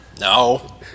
No